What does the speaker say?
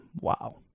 wow